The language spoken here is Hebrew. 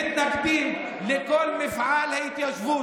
מתנגדים לכל מפעל ההתיישבות,